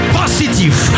positive